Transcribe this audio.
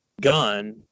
gun